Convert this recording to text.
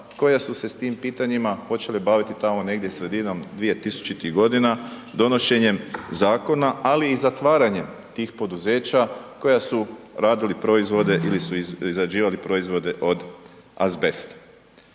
koja su se s tim pitanjima počeli baviti negdje sredinom 2000.g. donošenjem zakona, ali i zatvaranjem tih poduzeća koji su radili proizvode ili su izrađivali proizvode od azbesta.